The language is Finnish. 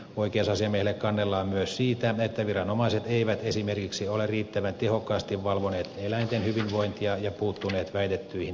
oikeusasiamiehelle kannellaan myös siitä että viranomaiset eivät esimerkiksi ole riittävän tehokkaasti valvoneet eläinten hyvinvointia ja puuttuneet väitettyihin laiminlyönteihin